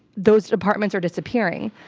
those departments are disappearing,